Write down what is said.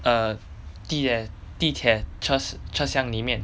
err 地铁地铁车车厢里面